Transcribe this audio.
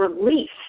relief